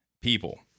people